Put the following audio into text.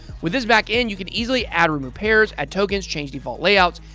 with this backend, you can easily add remove pairs, add tokens, change default layouts,